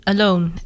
Alone